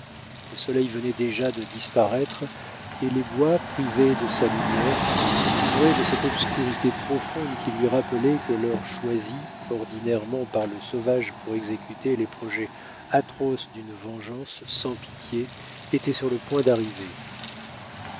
le soleil venait déjà de disparaître et les bois privés de sa lumière se couvraient de cette obscurité profonde qui lui rappelait que l'heure choisie ordinairement par le sauvage pour exécuter les projets atroces d'une vengeance sans pitié était sur le point d'arriver